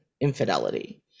infidelity